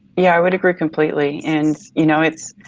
yeah i would agree completely. and you know it's,